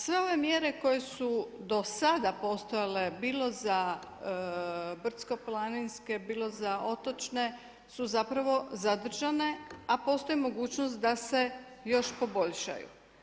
Sve ove mjere koje su do sada postojale bilo za brdsko-planinske, bilo za otočne su zapravo zadržane a postoji mogućnost da se još poboljšaju.